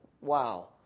Wow